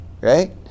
right